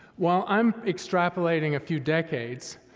well, i'm extrapolating a few decades,